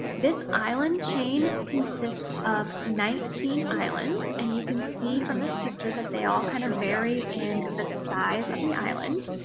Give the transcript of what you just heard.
this island chain consists of nineteen islands and you can see from this picture that they all kind of vary in the size of the island.